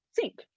sink